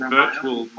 virtual